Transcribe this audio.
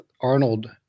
Arnold